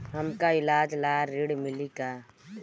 हमका ईलाज ला ऋण मिली का?